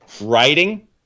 writing